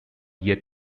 yet